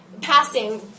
passing